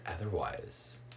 otherwise